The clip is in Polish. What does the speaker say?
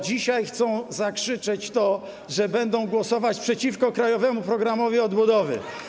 Dzisiaj chcą zakrzyczeć to, że będą głosować przeciwko krajowemu programowi odbudowy.